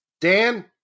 Dan